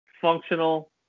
functional